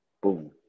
boom